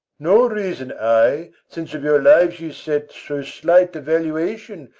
no reason i, since of your lives you set so slight a valuation,